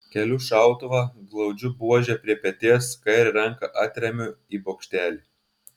keliu šautuvą glaudžiu buožę prie peties kairę ranką atremiu į bokštelį